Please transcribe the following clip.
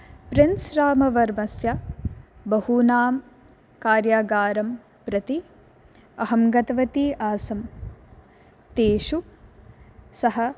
prince रामवर्मस्य बहूनां कार्यागारं प्रति अहं गतवती आसम् तेषु सः